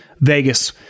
Vegas